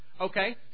Okay